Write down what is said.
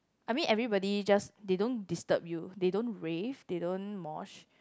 I mean everybody just they don't disturb you they don't rave they don't mosh